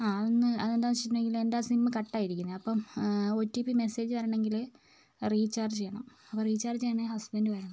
ആ അങ്ങ് അതെന്താന്നു വച്ചിട്ടുണ്ടെങ്കില് എന്റെ സിമ്മ് കട്ട് ആയാണ് ഇരിക്കുന്നത് അപ്പം ഓ ടി പി മെസ്സേജ് വരണമെങ്കില് റീചാർജ് ചെയ്യണം അപ്പം റീചാർജ് ചെയ്യണം ഹസ്ബൻഡ് വരണം